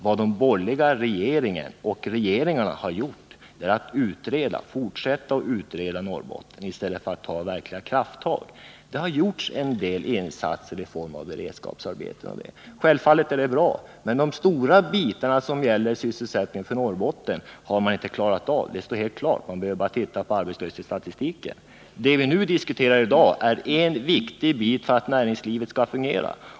Vad de borgerliga regeringarna gjort är att fortsätta utreda Norrbotten, i stället för att ta verkliga krafttag. Det har gjorts en del insatser i form av beredskapsarbeten m.m. Självfallet är detta bra. Men de stora bitarna som gäller sysselsättningen för Norrbotten har man inte klarat av. Det står helt klart — man behöver bara titta på arbetslöshetsstatistiken. Det vi diskuterar i dag gäller en viktig bit för att näringslivet skall fungera.